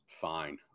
fine